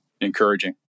encouraging